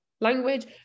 language